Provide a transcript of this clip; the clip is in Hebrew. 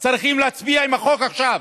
צריכים להצביע עם החוק עכשיו.